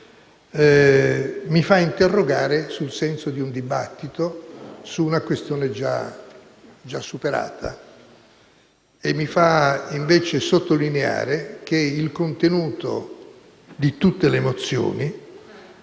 mi fa interrogare sul senso di un dibattito su una questione già superata e mi fa invece sottolineare che il contenuto di tutte le mozioni,